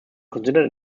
considered